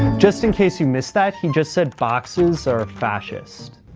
just in case you missed that, he just said boxes are fascist.